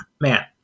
man